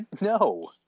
No